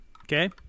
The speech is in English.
Okay